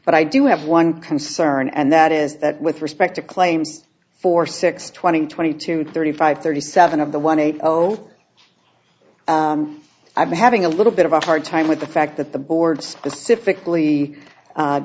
but i do have one concern and that is that with respect to claims for six twenty twenty two thirty five thirty seven of the one eight zero zero i'm having a little bit of a hard time with the fact that the board specifically